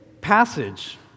passage